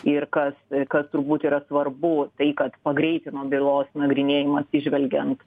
ir kas kad turbūt yra svarbu tai kad pagreitino bylos nagrinėjimą atsižvelgiant